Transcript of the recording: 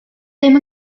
ddim